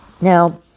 Now